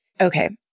Okay